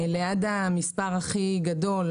ליד המספר הכי גדול,